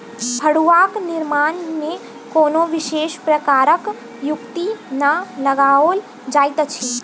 फड़ुआक निर्माण मे कोनो विशेष प्रकारक युक्ति नै लगाओल जाइत अछि